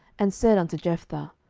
and said unto jephthah,